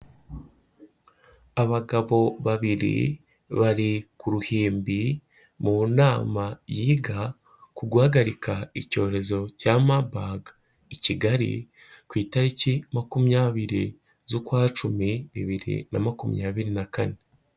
Abagabo babiri bari ku ruhimbi mu nama yiga ku guhagarika icyorezo cya Maburg i Kigali, ku itariki makumyabiri z'ukwa cumi, bibiri na makumyabiri na kane.